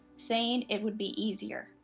saying it would be easier.